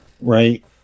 right